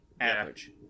Average